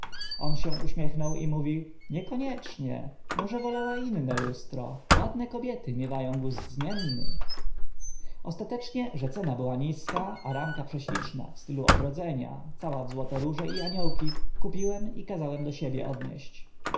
on się uśmiechnął i mówi niekoniecznie może wolała inne lustro ładne kobiety miewa ą gust zmienny ostatecznie że cena była niska a ramka prześliczna w stylu odrodzenia cała w złote róże i aniołki kupiłem i kazałem do siebie odnieść